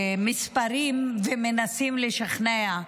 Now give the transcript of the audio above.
מספרים, ומנסים לשכנע.